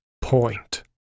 point